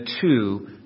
two